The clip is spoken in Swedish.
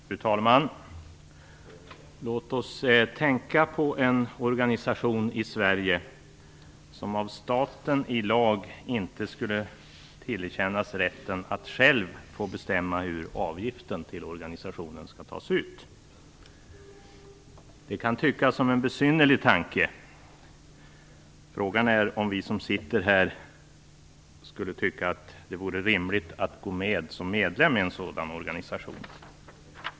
Fru talman! Låt oss tänka på en organisation i Sverige som av staten genom lag inte skulle tillerkännas rätten att själv få bestämma hur avgiften till organisationen skall tas ut. Det kan tyckas som en besynnerlig tanke. Frågan är om vi som sitter här skulle tycka att det vore rimligt att gå med som medlem i en sådan organisation.